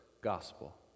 gospel